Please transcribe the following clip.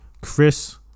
Chris